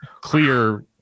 clear